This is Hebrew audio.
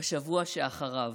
בשבוע שאחריו,